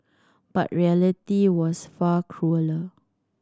but reality was far crueller